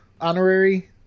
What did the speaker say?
honorary